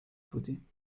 بودیم